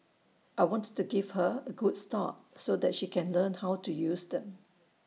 I wanted to give her A good start so that she can learn how to use them